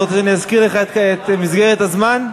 אתה רוצה שאני אזכיר לך את מסגרת הזמן?